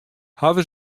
hawwe